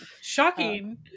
shocking